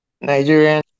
Nigerian